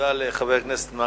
תודה לחבר הכנסת מקלב.